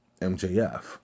MJF